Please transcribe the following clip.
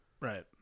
right